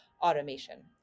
automation